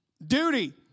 Duty